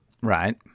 right